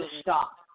stop